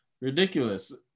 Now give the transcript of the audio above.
ridiculous